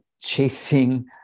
chasing